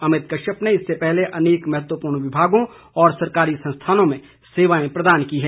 अमित कश्यप ने इससे पहले अनेक महत्वपूर्ण विभागों और सरकारी संस्थानों में सेवाएं प्रदान की हैं